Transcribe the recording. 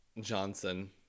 Johnson